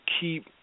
keep